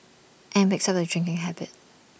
and picks up A drinking habit